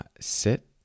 sit